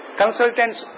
consultants